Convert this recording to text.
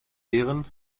ehren